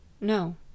No